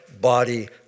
body